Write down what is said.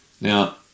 Now